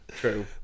True